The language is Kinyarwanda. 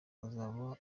bazaba